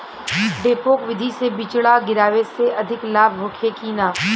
डेपोक विधि से बिचड़ा गिरावे से अधिक लाभ होखे की न?